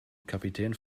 kapitän